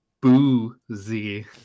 boozy